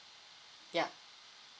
yeah